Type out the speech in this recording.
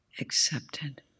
accepted